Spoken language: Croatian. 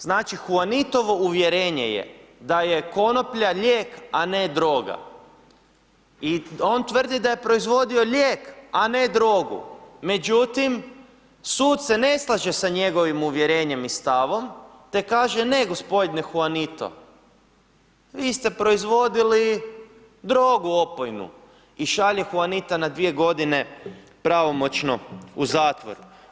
Znači Huanitovo uvjerenje je da je konoplja lijek, a ne droga i on tvrdi da je proizvodio a ne drogu, međutim sud se ne slaže sa njegovim uvjerenjem i stavom te kaže, ne gospodine Huanito, vi ste proizvodili drogu opojnu i šalje Huanita na dvije godine pravomoćno u zatvor.